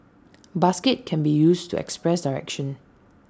basket can be used to express direction